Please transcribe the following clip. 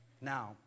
Now